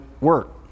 work